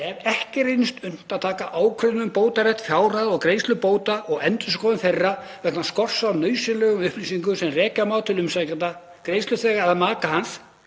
„Ef ekki reynist unnt að taka ákvörðun um bótarétt, fjárhæð og greiðslu bóta og endurskoðun þeirra vegna skorts á nauðsynlegum upplýsingum sem rekja má til umsækjanda, greiðsluþega eða maka hans“